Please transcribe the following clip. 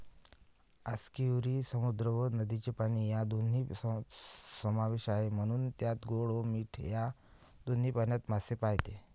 आस्कियुरी समुद्र व नदीचे पाणी या दोन्ही समावेश आहे, म्हणून त्यात गोड व मीठ या दोन्ही पाण्यात मासे पाळते